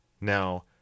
Now